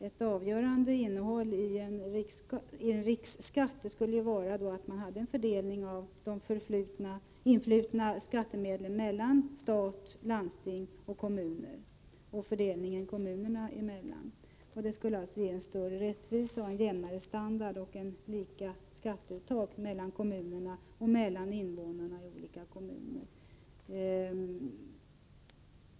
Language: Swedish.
Ett avgörande innehåll i en riksskatt skulle vara en fördelning av de influtna skattemedlen mellan stat, landsting och kommuner och en fördelning kommunerna emellan. Detta skulle alltså ge större rättvisa, en jämnare standard och lika skatteuttag mellan kommunerna och mellan deras invånare.